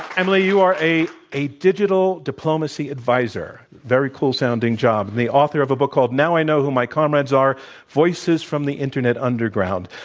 emily, you are a a digital diplomacy advisor a very cool-sounding job and the author of a book called now i know who my comrades are voices from the internet underground.